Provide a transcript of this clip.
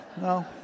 no